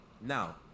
Now